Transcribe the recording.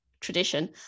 tradition